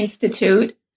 Institute